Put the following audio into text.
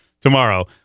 tomorrow